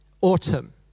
Autumn